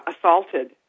assaulted